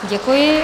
Děkuji.